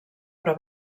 però